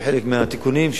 חלק מהתיקונים,